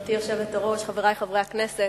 גברתי היושבת-ראש, חברי חברי הכנסת,